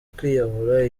kwiyahura